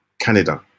Canada